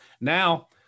now